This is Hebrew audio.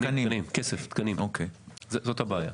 כן, זאת הבעיה.